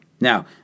Now